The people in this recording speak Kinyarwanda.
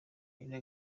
aline